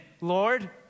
Lord